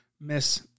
miss